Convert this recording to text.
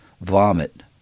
vomit